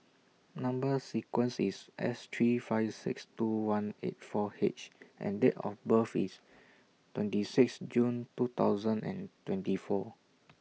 Number sequence IS S three five six two one eight four H and Date of birth IS twenty six June two thousand and twenty four